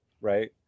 Right